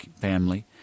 family